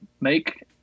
make